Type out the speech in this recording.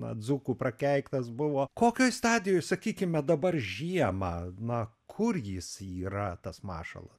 na dzūkų prakeiktas buvo kokioj stadijoj sakykime dabar žiemą na kur jis yra tas mašala